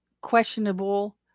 questionable